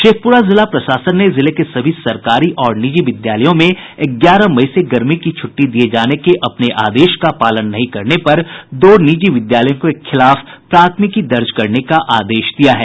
शेखपुरा जिला प्रशासन ने जिले के सभी सरकारी और निजी विद्यालयों में ग्यारह मई से गर्मी की छुट्टी दिये जाने के अपने आदेश का पालन नहीं करने पर दो निजी विद्यालयों के खिलाफ प्राथमिकी दर्ज करने का आदेश दिया है